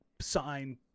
sign